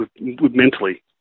mentally